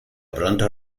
pronto